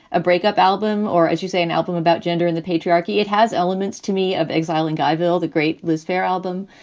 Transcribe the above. a breakup album or as you say, an album about gender in the patriarchy. it has elements to me of exile in guyville, the great liz phair album.